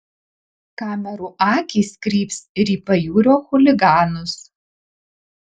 kamerų akys kryps ir į pajūrio chuliganus